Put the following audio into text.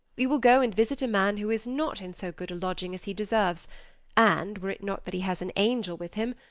we will go and visit a man who is not in so good a lodging as he deserves and, were it not that he has an angel with him,